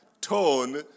Tone